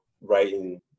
writing